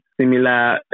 similar